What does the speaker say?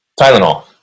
Tylenol